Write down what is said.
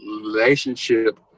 relationship